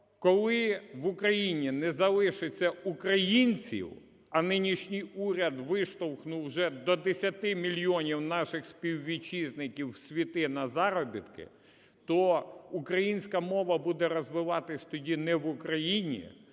коли в Україні не залишиться українців, а нинішній уряд виштовхнув вже до 10 мільйонів наших співвітчизників в світи на заробітки, то українська мова буде розвиватися тоді не в Україні,